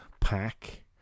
Pack